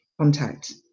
contact